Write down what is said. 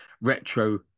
retro